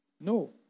No